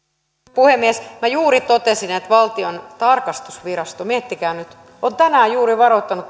puhemies minä juuri totesin että valtion tarkastusvirasto miettikää nyt on tänään juuri varoittanut